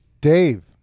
Dave